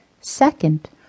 Second